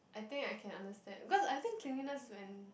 I think I can understand because I think clinginess when